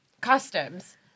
customs